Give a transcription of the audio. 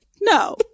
no